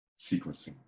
sequencing